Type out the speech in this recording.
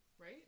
right